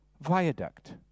Viaduct